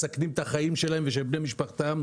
מסכנים את החיים שלהם ושל בני משפחתם.